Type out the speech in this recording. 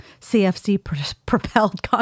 CFC-propelled